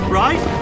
right